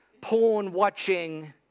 porn-watching